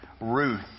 Ruth